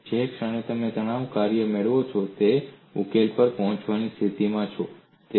અને જે ક્ષણે તમે તણાવ કાર્ય મેળવો છો તમે ઉકેલ પર પહોંચવાની સ્થિતિમાં છો